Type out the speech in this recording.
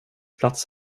plats